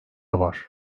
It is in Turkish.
var